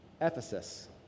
Ephesus